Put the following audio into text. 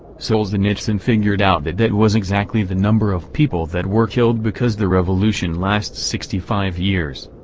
solzhenitsyn figured out that that was exactly the number of people that were killed because the revolution lasts sixty five years.